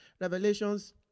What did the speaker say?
Revelations